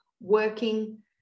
working